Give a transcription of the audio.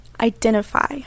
identify